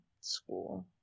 school